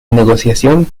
negociación